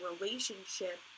relationship